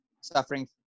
suffering